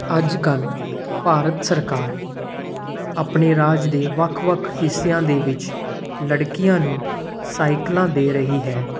ਅੱਜ ਕੱਲ੍ਹ ਭਾਰਤ ਸਰਕਾਰ ਆਪਣੇ ਰਾਜ ਦੇ ਵੱਖ ਵੱਖ ਹਿੱਸਿਆਂ ਦੇ ਵਿੱਚ ਲੜਕੀਆਂ ਨੂੰ ਸਾਈਕਲਾਂ ਦੇ ਰਹੀ ਹੈ